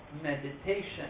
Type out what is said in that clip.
meditation